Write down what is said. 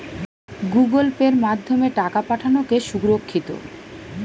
Google পের মাধ্যমে টাকা পাঠানোকে সুরক্ষিত?